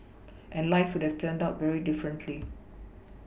and life would've turned out very differently